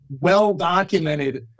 well-documented